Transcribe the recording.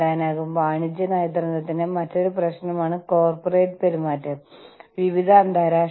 കൂടാതെ നിങ്ങൾ വ്യത്യസ്ത മേഖലകളിലേക്ക് മാറാൻ ആഗ്രഹിക്കുന്നു